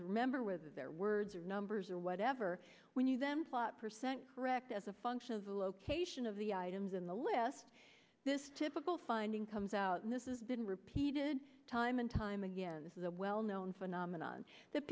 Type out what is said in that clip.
to remember with their words or numbers or whatever when you them thought percent correct as a function of the location of the items in the list this typical finding comes out this is been repeated time and time again this is a well known phenomenon that